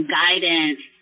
guidance